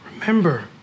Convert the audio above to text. Remember